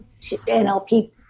NLP